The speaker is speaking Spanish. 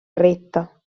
recta